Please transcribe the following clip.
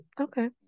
okay